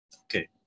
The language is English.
Okay